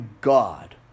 God